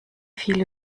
viele